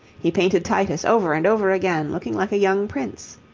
he painted titus over and over again looking like a young prince.